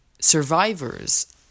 survivors